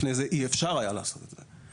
לפני כן אי אפשר היה לעשות את זה.